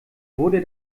wurde